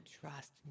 trust